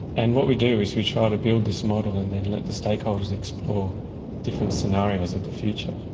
and what we do is we try to build this model and then let the stakeholders explore different scenarios of the future.